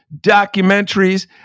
documentaries